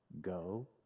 go